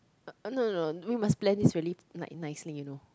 no no no we must plan this really like nicely you know